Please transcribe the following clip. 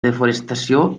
desforestació